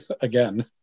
again